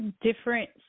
Different